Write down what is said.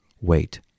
Wait